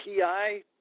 PI